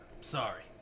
Sorry